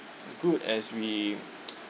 good as we